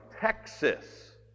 Texas